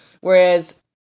Whereas